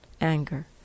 anger